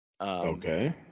okay